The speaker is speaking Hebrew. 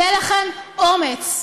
יהיה לכם אומץ.